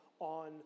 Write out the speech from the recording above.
on